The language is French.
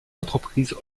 entreprises